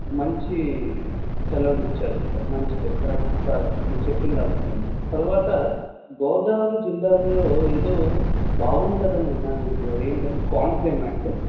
మంచి సెలవిచ్చారు క మంచిది కరెక్ట్ మీరు చెప్పింది అర్ధమైంది తరువాత గోదావరి జిల్లాలో ఏదో బాగుంటుంది అని విన్నాను అండి అదేంటి అండి కోనసీమ అండి